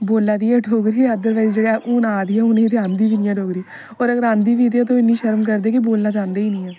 बोल्ला दी ऐ डोगरी अदरबाइस जेहड़ी हून आ दी ऐ उंहेगी आंदी बी नेई ऐ डोगरी और अगर आंदी बी ते ओह् इनी शर्म करदे कि बोलना चांहदे गै नेई ऐ